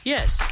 Yes